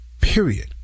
Period